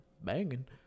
banging